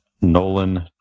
Nolan